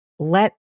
Let